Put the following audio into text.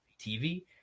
TV